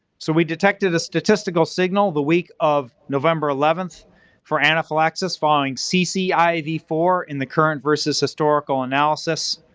so, we detected a statistical signal the week of november eleventh for anaphylaxis following c c i v four in the current versus historical analysis.